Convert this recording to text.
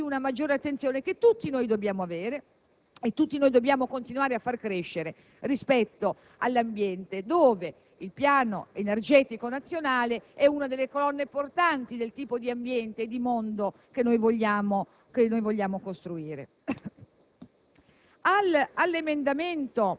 Noi vi chiediamo comunque di apportare questa variazione per dare il segno di una maggiore attenzione che tutti noi dobbiamo avere e dobbiamo continuare a far crescere rispetto all'ambiente, dove il piano energetico nazionale costituisce una delle colonne portanti del tipo di ambiente e di mondo che noi vogliamo costruire.